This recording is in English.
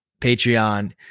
Patreon